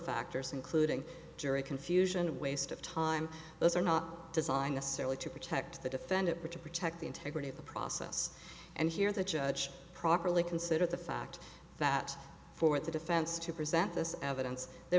factors including jury confusion waste of time those are not designed necessarily to protect the defendant or to protect the integrity of the process and here the judge properly consider the fact that for the defense to present this evidence the